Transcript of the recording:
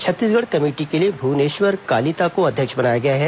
Chhattisgarh committee के लिए भुवेश्वर कालिता को अध्यक्ष बनाया गया है